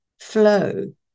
flow